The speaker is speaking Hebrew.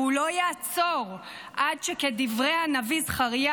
והוא לא יעצור עד שכדברי הנביא זכריה,